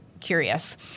curious